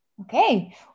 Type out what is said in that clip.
Okay